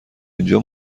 اینجا